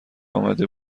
امده